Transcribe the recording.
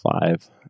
five